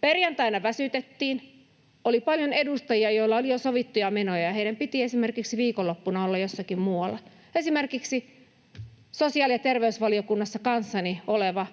Perjantaina väsytettiin. Oli paljon edustajia, joilla oli jo sovittuja menoja, ja heidän piti esimerkiksi viikonloppuna olla jossakin muualla. Esimerkiksi sosiaali- ja terveysvaliokunnassa kanssani oleva